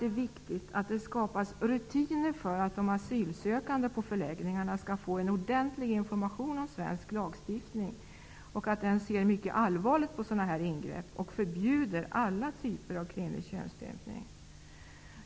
Det är viktigt att det skapas rutiner för att de asylsökande på förläggningarna skall få en ordentlig information om att svensk lagstiftning ser mycket allvarligt på dessa ingrepp och förbjuder alla typer av kvinnlig könsstympning.